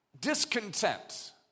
Discontent